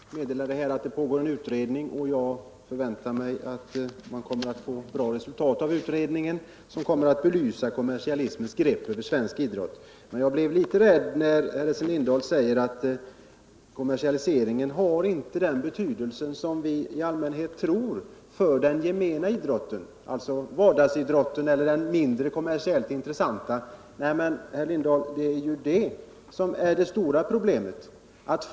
Herr talman! Essen Lindahl meddelade att det pågår en utredning, och jag förväntar mig att den skall nå fram till ett bra resultat och belysa kommersialismens grepp över svensk idrott. Men jag blev litet rädd när Essen Lindahl sade att kommersialismen inte har den betydelse som vi i allmänhet tror för den gemena idrotten, alltså vardagsidrotten eller den kommersiellt mindre intressanta idrotten. Nej, men det är ju detta som är det stora problemet.